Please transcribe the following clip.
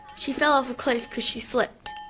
she fell off a cliff because she slipped,